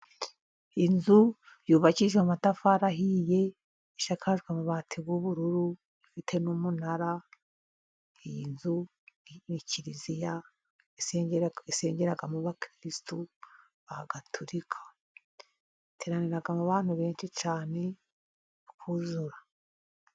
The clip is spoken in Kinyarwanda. Inzu yubakishijwe amatafari ahiye, isakajwe amabati y'ubururu, ifite n'umunara, iyi nzu ni kiliziya isengeramo abakirisitu bab'agatulika, iteraniramo abantu benshi cyane bakuzura.